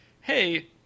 hey